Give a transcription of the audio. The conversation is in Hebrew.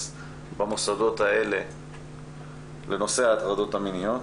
במוסדות האלה לנושא ההטרדות המיניות.